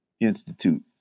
Institute